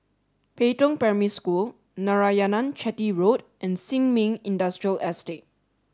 Pei Tong Primary School Narayanan Chetty Road and Sin Ming Industrial Estate